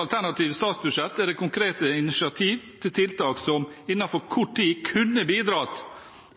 alternative statsbudsjett er det konkrete initiativer til tiltak som innen kort tid kunne bidratt